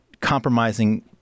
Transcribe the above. compromising